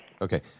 Okay